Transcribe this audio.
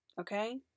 okay